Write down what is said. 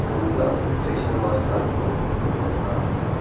ముందుగా స్టేషన్ మాస్టర్కు నమస్కారం